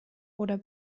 oder